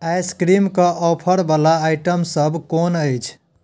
ice cream के offer बला item सब कोन अछि